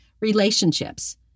relationships